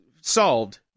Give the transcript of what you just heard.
solved